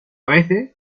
veces